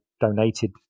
donated